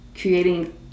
creating